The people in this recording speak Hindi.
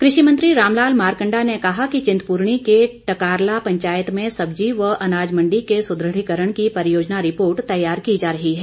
कृषि मंत्री रामलाल मारकंडा ने कहा कि चिंतपूर्णी के टकारला पंचायत में सब्जी व अनाज मंडी के सुद्रढ़ीकरण की परियोजना रिपोर्ट तैयार की जा रही है